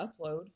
upload